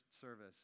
service